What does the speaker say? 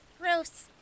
gross